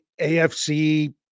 afc